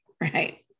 right